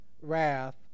wrath